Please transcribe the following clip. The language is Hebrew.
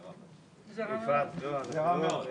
לא 300 וגם לא 20,